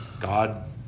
God